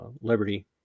Liberty